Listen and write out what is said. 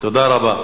תודה רבה.